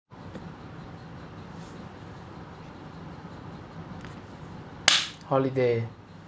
holiday